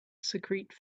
secrete